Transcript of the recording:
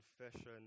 confession